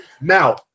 Now